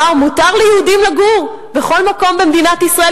שמותר ליהודים לגור בכל מקום במדינת ישראל,